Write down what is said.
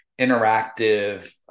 interactive